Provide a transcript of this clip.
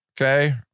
okay